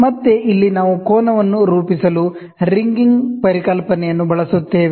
ಮತ್ತೆ ಇಲ್ಲಿ ನಾವು ಕೋನವನ್ನು ರೂಪಿಸಲು ರಿಂಗಿಂಗ್ ಪರಿಕಲ್ಪನೆಯನ್ನು ಬಳಸುತ್ತೇವೆ